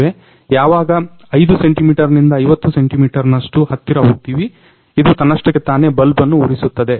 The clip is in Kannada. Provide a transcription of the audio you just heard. ಯಾವಾಗ 5 ಸೆಂಟಿಮೀಟರ್ ನಿಂದ 50 ಸೆಂಟಿಮೀಟರ್ ನಷ್ಟು ಹತ್ತಿರ ಹೋಗ್ತಿವಿ ಇದು ತನ್ನಷ್ಟಕ್ಕೆ ತಾನೆ ಬಲ್ಬ ಅನ್ನು ಉರಿಸುತ್ತದೆ